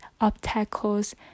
obstacles